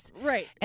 Right